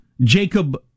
Jacob